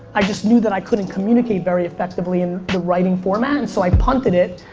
i just knew that i couldn't communicate very effectively in the writing format, and so i punted it,